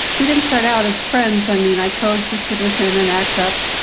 we didn't start out as friends. i mean, i coexisted with him and act up.